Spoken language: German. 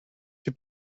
wir